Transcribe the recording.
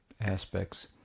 aspects